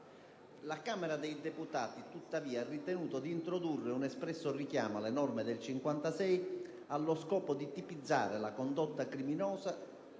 La Camera dei deputati ha tuttavia ritenuto di introdurre un espresso richiamo alle norme del 1956, allo scopo di tipizzare la condotta criminosa,